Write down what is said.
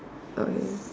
okay